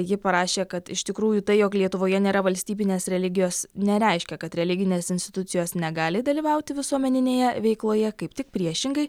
ji parašė kad iš tikrųjų tai jog lietuvoje nėra valstybinės religijos nereiškia kad religinės institucijos negali dalyvauti visuomeninėje veikloje kaip tik priešingai